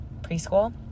preschool